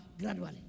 gradually